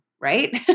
right